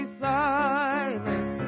silent